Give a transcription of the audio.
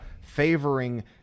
favoring